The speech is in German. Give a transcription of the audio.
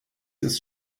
ist